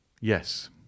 Yes